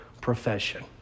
profession